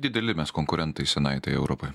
dideli mes konkurentai senajai tai europai